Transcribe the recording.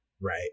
right